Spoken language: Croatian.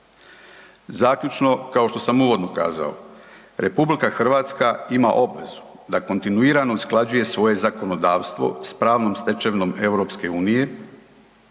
Zaključno, kao što sam uvodno kazao, RH ima obvezu da kontinuirano usklađuje svoje zakonodavstvo s pravnom stečevinom EU, što ovim